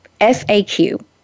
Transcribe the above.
FAQ